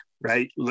right